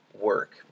work